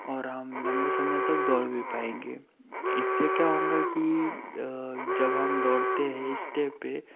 और हम लम्बे समय तक दौड़ भी पाएँगे इससे क्या होंगा कि जब हम दौड़ते हैं स्टेप पर